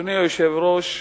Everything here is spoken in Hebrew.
אדוני היושב-ראש,